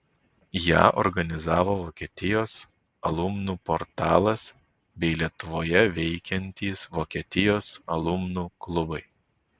ją organizavo vokietijos alumnų portalas bei lietuvoje veikiantys vokietijos alumnų klubai